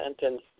sentence